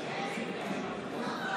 לא נתקבלה.